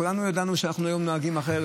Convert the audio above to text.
כולנו ידענו שאנחנו היום נוהגים אחרת.